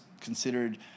considered